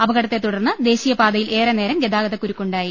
അപകടത്തെ തുടർന്ന് ദേശീയ പാതയിൽ ഏറെ നേരം ഗതാഗതക്കുരുക്ക് ഉണ്ടായി